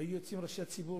היו יוצאים ראשי הציבור,